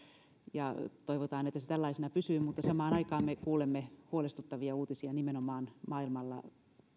ja toivotaan että se tällaisena pysyy mutta samaan aikaan me kuulemme huolestuttavia uutisia nimenomaan maailmalla